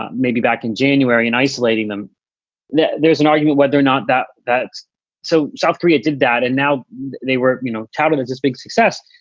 maybe back in january and isolating them now, there's an argument whether or not that that's so. south korea did that and now they were you know touted as this big success.